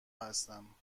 هستم